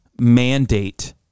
mandate